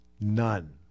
None